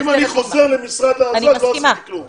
אם אני חוזר למשרד האוצר, לא עשיתי כלום.